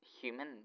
human